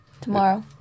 Tomorrow